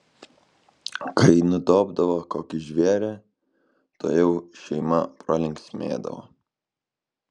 kai nudobdavo kokį žvėrį tuojau šeima pralinksmėdavo